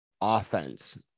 Offense